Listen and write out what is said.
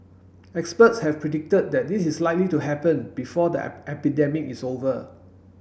experts have predicted that this is likely to happen before the epidemic is over